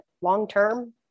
long-term